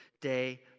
day